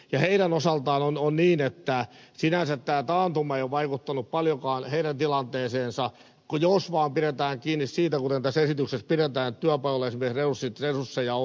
heidän osaltaan on niin että sinänsä tämä taantuma ei ole vaikuttanut paljonkaan heidän tilanteeseensa jos vaan pidetään kiinni siitä kuten tässä esityksessä pidetään että esimerkiksi työpajoilla resursseja on